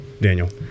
Daniel